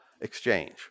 exchange